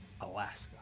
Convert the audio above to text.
Alaska